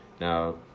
Now